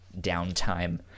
downtime